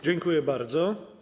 Dziękuję bardzo.